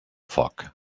foc